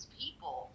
people